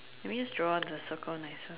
can we just draw the circle nicer